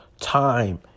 time